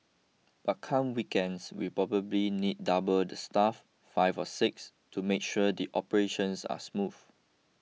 but come weekends we probably need double the staff five or six to make sure the operations are smooth